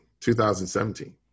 2017